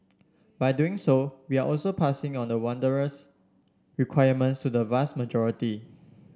by doing so we are also passing on the onerous requirements to the vast majority